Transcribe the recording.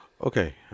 Okay